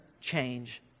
change